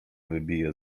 wybiję